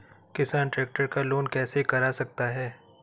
किसान ट्रैक्टर का लोन कैसे करा सकता है?